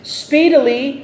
speedily